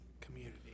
community